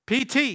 PT